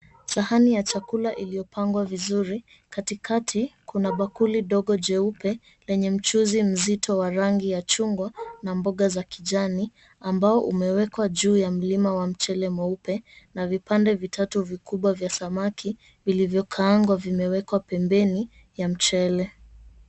Sahani ya chakula iliyopangwa vizuri. Katikati kuna bakuli dogo jeupe lenye mchuzi mzito wa rangi ya chungwa na mboga za kijani ambao umewekwa juu ya mlima wa mchele mweupe na vipande vitatu vikubwa vya samaki vilivyokaangwa vimewekwa pembeni ya mchele.